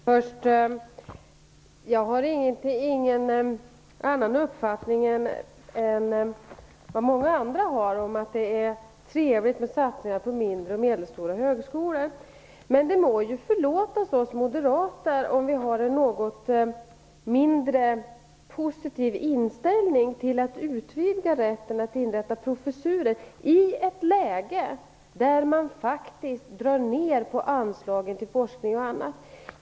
Herr talman! Jag har ingen annan uppfattning än vad många andra har om att det är trevligt med satsningar på mindre och medelstora högskolor. Men det må ju förlåtas oss moderater om vi har en något mindre positiv inställning till att utvidga rätten att inrätta professurer i ett läge där man faktiskt drar ner på anslagen till forskning och annat.